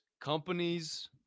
companies